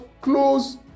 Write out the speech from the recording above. close